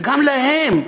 וגם להם,